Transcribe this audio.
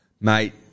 Mate